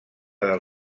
del